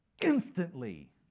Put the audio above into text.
instantly